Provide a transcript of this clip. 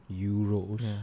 euros